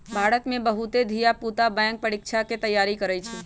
भारत में बहुते धिया पुता बैंक परीकछा के तैयारी करइ छइ